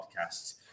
podcasts